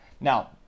now